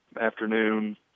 afternoon